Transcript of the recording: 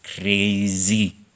crazy